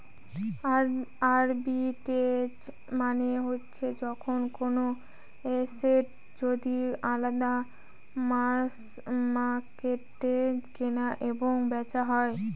arbitrage মানে হচ্ছে যখন কোনো এসেট যদি আলাদা মার্কেটে কেনা এবং বেচা হয়